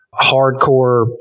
hardcore